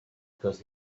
because